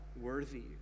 worthy